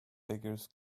beggars